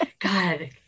God